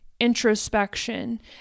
introspection